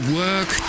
work